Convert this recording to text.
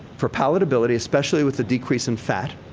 for palatability, especially with the decrease in fat,